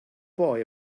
boy